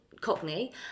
Cockney